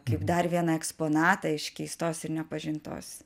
kaip dar vieną eksponatą iš keistos ir nepažintos